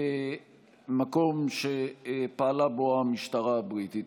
מקום שפעלה בו המשטרה הבריטית.